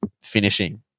finishing